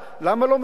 למה לא מפתחים?